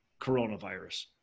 coronavirus